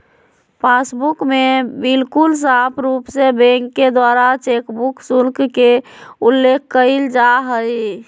passbook में बिल्कुल साफ़ रूप से बैंक के द्वारा चेकबुक शुल्क के उल्लेख कइल जाहई